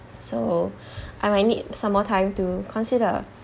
so I might need some more time to consider